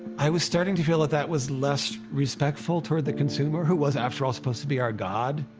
i was starting to feel that that was less respectful toward the consumer, who was, after all, supposed to be our god,